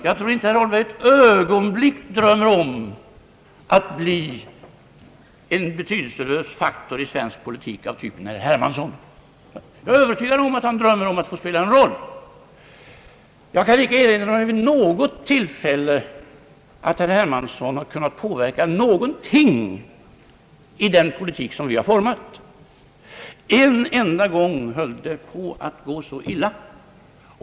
Jag tror inte att herr Holmberg ett ögonblick drömmer om att bli en betydelselös faktor i svensk politik av typen herr Hermansson. Jag är övertygad om att han drömmer om att spela en roll. Jag kan icke erinra mig något tillfälle, då herr Hermansson har kunnat påverka någonting i den politik som vi har format. En enda gång höll det på att gå så illa.